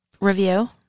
review